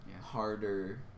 harder